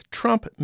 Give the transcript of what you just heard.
trump